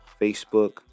Facebook